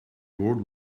world